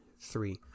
Three